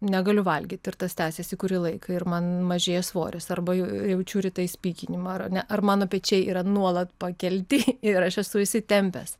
negaliu valgyti ir tas tęsiasi kurį laiką ir man mažėja svoris arba jau jaučiu rytais pykinimą ar ne ar mano pečiai yra nuolat pakelti ir aš esu įsitempęs